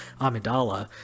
Amidala